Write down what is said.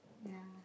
nah